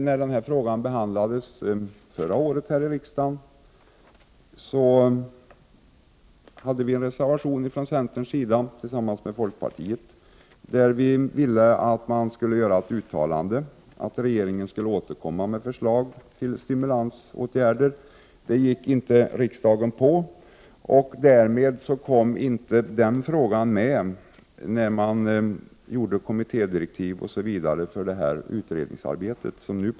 När frågan behandlades förra året här i riksdagen hade centern och folkpartiet en reservation, där vi yrkade att man skulle göra ett uttalande och begära att regeringen skulle komma med förslag till stimulansåtgärder. Det gick inte riksdagen med på, och därmed kom inte frågan med när den utredning som nu pågår fick sina direktiv.